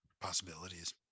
possibilities